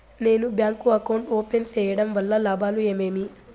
నేను bank account open సేయడం వల్ల లాభాలు ఏమేమి?